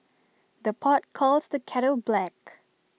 the pot calls the kettle black